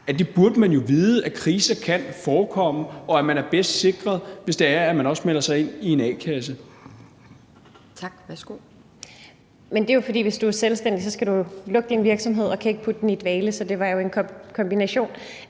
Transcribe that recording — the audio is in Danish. man burde vide, at kriser kan forekomme, og at man er bedst sikret, hvis man også melder sig ind i en a-kasse.